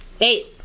Eight